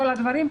כל הדברים,